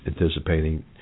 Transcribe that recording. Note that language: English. anticipating